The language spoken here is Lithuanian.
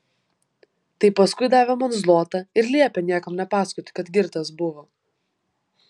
tai paskui davė man zlotą ir liepė niekam nepasakoti kad girtas buvo